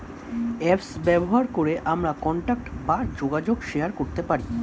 apps ব্যবহার করে আমরা কন্টাক্ট বা যোগাযোগ শেয়ার করতে পারি